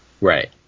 Right